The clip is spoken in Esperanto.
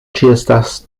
ĉeestas